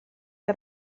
que